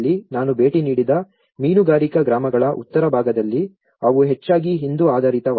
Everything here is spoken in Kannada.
ನಾನು ಭೇಟಿ ನೀಡಿದ ಮೀನುಗಾರಿಕಾ ಗ್ರಾಮಗಳ ಉತ್ತರ ಭಾಗದಲ್ಲಿ ಅವು ಹೆಚ್ಚಾಗಿ ಹಿಂದೂ ಆಧಾರಿತವಾಗಿವೆ